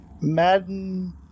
Madden